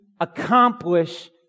accomplish